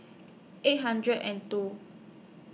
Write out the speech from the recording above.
eight hundred and two